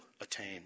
attain